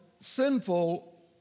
sinful